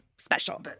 Special